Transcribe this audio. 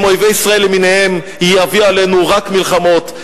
אויבי ישראל למיניהם יביאו עלינו רק מלחמות,